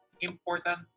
important